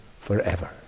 forever